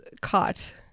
caught